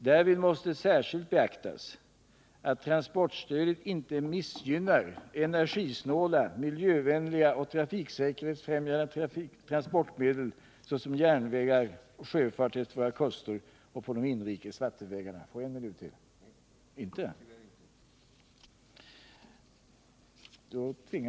Därvid måste särskilt beaktas att transportstödet inte missgynnar energisnåla, miljövänliga och trafiksäkerhetsfrämjande transportmedel såsom järnvägar samt sjöfart efter våra kuster och på de inrikes vattenvägarna.